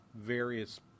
various